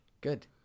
Good